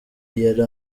yari